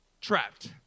trapped